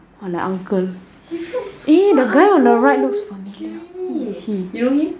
!wah! like uncle he looked super uncle look so scary